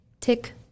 Tick